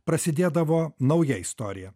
prasidėdavo nauja istorija